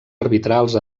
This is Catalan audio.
arbitrals